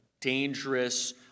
dangerous